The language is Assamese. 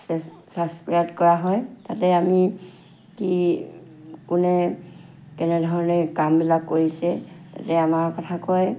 চাছক্ৰাইব কৰা হয় তাতে আমি কি কোনে কেনেধৰণে কামবিলাক কৰিছে এতিয়া আমাৰ কথা কয়